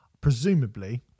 Presumably